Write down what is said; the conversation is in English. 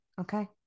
okay